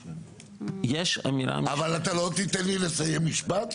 יש אמירה --- אבל אתה לא תיתן לי לסיים משפט,